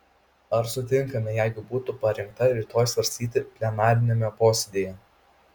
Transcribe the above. ar sutinkame jeigu būtų parengta rytoj svarstyti plenariniame posėdyje